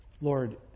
Lord